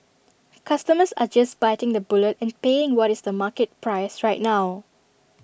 customers are just biting the bullet and paying what is the market price right now